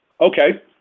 Okay